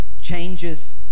changes